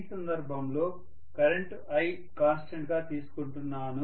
ఈ సందర్భంలో current i constant గా తీసుకుంటున్నాను